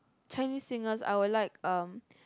Chinese singers I would like um